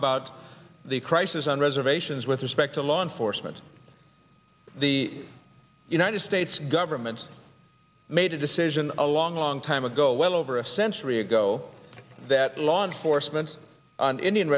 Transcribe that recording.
about the crisis on reservations with respect to law enforcement the united states government made a decision a long long time ago well over a century ago that law enforcement on indian